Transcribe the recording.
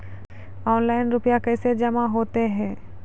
Online रुपये कैसे जमा होता हैं?